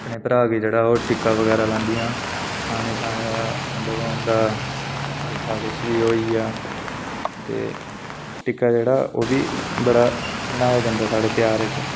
खाने शाने दा होंदा मतलब मिट्ठा किश बी होई गेआ ते टिक्का जेह्ड़ा ओह् बी बड़ा मनाया जंदा साढ़े ध्यारें च